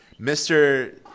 Mr